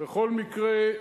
בכל מקרה,